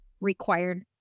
required